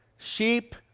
sheep